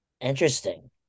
Interesting